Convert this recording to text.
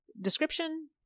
description